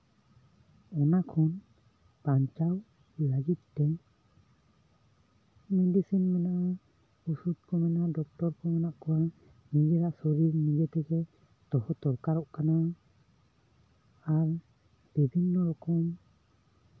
ᱚᱱᱟ ᱠᱷᱚᱱ ᱵᱟᱧᱪᱟᱣ ᱞᱟᱹᱜᱤᱫ ᱛᱮ ᱢᱮᱰᱤᱥᱤᱱ ᱢᱮᱱᱟᱜᱼᱟ ᱚᱥᱩᱫᱷ ᱠᱚ ᱢᱮᱱᱟᱜᱼᱟ ᱰᱚᱠᱴᱚᱨ ᱠᱚ ᱢᱮᱱᱟᱜ ᱠᱚᱣᱟ ᱚᱱᱟ ᱨᱮᱱᱟᱜ ᱢᱮᱰᱤᱥᱤᱱ ᱫᱚᱦᱚ ᱫᱚᱨᱠᱟᱨᱚᱜ ᱠᱟᱱᱟ ᱟᱨ ᱜᱟᱹᱰᱤ ᱧᱟᱢ ᱠᱚ